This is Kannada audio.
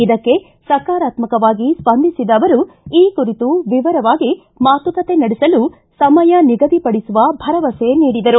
ಇದಕ್ಕೆ ಸಕಾರಾತ್ಸಕವಾಗಿ ಸ್ಪಂದಿಸಿದ ಅವರು ಈ ಕುರಿತು ವಿವರವಾಗಿ ಮಾತುಕತೆ ನಡೆಸಲು ಸಮಯ ನಿಗದಿಪಡಿಸುವ ಭರವಸೆ ನೀಡಿದರು